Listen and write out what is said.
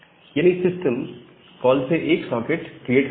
यानी यह system call से एक सॉकेट क्रिएट करता है